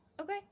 Okay